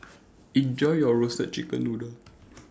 Enjoy your Roasted Chicken Noodle